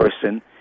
person